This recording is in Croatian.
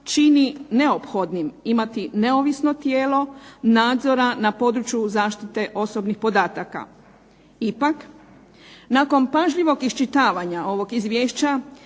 čini neophodnim imati neovisno tijelo nadzora na području zaštite osobnih podataka. Ipak nakon pažljivog isčitavanja ovog izvješća